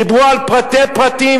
דיברו על פרטי פרטים.